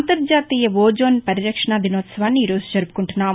అంతర్హతీయ ozone పరిరక్షణా దినోత్సవాన్ని ఈ రోజు జరుపుకుంటున్నాం